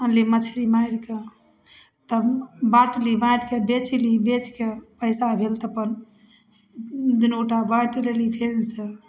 आनलिए मछरी मारिकै तब बाँटली बाँटिके बेचली बेचिके पइसा भेल तऽ अपन दुनू गोटा बाँटि लेली फेरसँ